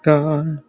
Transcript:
God